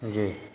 جی